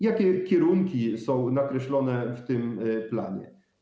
Jakie kierunki są nakreślone w tym planie?